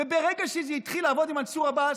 וברגע שזה התחיל לעבוד עם מנסור עבאס,